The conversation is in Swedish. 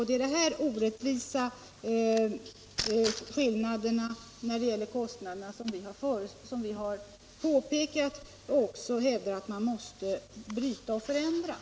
Det är de här orättvisa skillnaderna när det gäller kostnaderna som vi har påpekat och som vi hävdar att man måste ta bort.